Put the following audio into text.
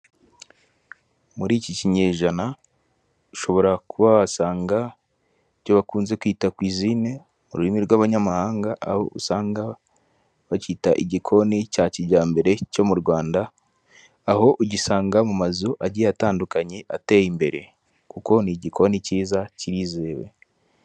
Muri iki kinyejana ushobora kuba wasanga ibyo bakunze kwita kwizine ururimi rw'abanyamahanga aho usanga bacyita igikoni cya kijyambere cyo mu Rwanda, aho ugisanga mu mazu agiye atandukanye ateye imbere, kuko ni igikoni cyiza kirizewe.